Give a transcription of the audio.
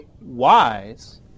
wise